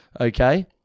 okay